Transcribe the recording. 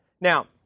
now